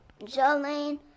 Jolene